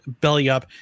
bellyup